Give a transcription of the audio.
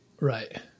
Right